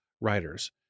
writers